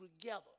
together